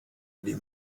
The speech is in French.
des